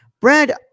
Brad